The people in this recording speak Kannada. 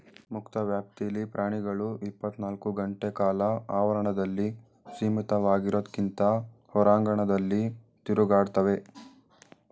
ಮುಕ್ತ ವ್ಯಾಪ್ತಿಲಿ ಪ್ರಾಣಿಗಳು ಇಪ್ಪತ್ನಾಲ್ಕು ಗಂಟೆಕಾಲ ಆವರಣದಲ್ಲಿ ಸೀಮಿತವಾಗಿರೋದ್ಕಿಂತ ಹೊರಾಂಗಣದಲ್ಲಿ ತಿರುಗಾಡ್ತವೆ